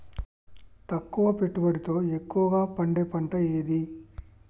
తక్కువ పెట్టుబడితో ఎక్కువగా పండే పంట ఏది?